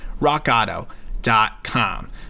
rockauto.com